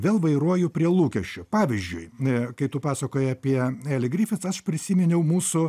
vėl vairuoju prie lūkesčių pavyzdžiuia kai tu pasakojai apie eli grifits aš prisiminiau mūsų